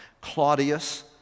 Claudius